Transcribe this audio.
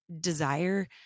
desire